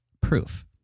proof